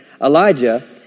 Elijah